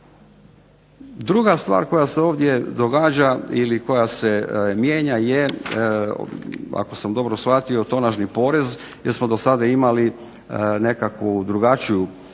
Druga stvar koja se ovdje događa ili koja se mijenja je, ako sam dobro shvatio tonažni porez, jer smo dosada imali nekakvu drugačiju